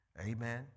Amen